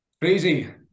Crazy